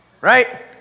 Right